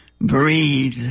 breathe